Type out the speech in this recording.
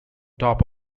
top